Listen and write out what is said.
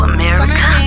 America